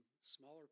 smaller